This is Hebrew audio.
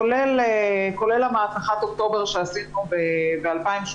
כולל מהפכת אוקטובר שעשינו ב-2018,